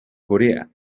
corea